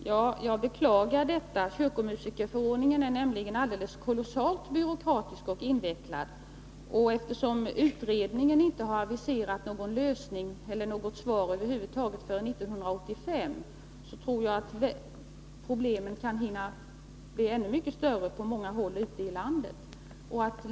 Herr talman! Jag beklagar detta. Kyrkomusikerförordningen är nämligen alldeles kolossalt byråkratisk och invecklad. Eftersom inte utredningen har aviserat någon lösning, eller något svar över huvud taget, förrän 1985, tror jag att problemen kan hinna bli ännu mycket större på många håll ute i Nr 126 landet.